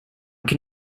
can